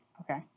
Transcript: Okay